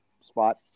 spot